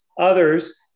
others